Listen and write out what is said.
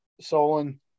Solon